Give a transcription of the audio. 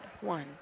One